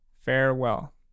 Farewell